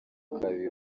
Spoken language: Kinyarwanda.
kabiri